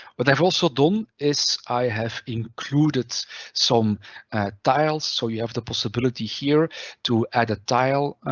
what i've also done is i have included some tile. so you have the possibility here to add tile,